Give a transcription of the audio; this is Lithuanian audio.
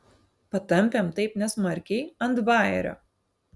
patampėm taip nesmarkiai ant bajerio